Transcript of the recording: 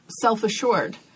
self-assured